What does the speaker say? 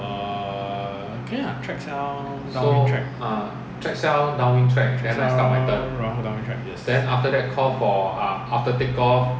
uh 可以 lah track sell downwind track track sell 然后 downwind track yes